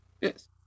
Yes